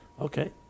okay